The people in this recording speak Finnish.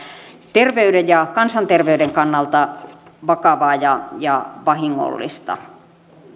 terveyden ja kansanterveyden kannalta vakavaa ja ja vahingollista